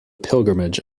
pilgrimage